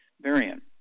variant